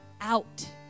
out